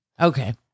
okay